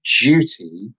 duty